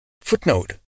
Footnote